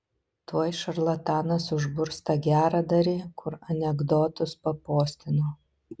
tuoj šarlatanas užburs tą geradarį kur anekdotus papostino